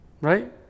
Right